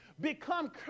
become